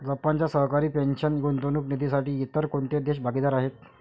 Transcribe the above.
जपानच्या सरकारी पेन्शन गुंतवणूक निधीसाठी इतर कोणते देश भागीदार आहेत?